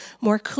more